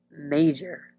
major